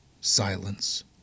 Silence